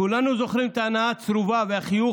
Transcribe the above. כולנו זוכרים את ההנאה הצרופה והחיוך